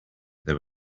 there